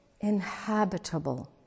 inhabitable